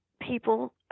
people –